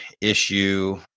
issue